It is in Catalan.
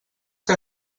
que